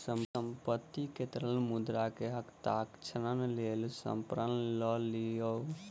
संपत्ति के तरल मुद्रा मे हस्तांतरणक लेल परामर्श लय लिअ